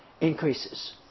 increases